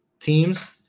teams